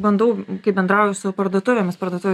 bandau kai bendrauju su parduotuvėmis parduotuvių